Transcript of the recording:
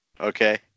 Okay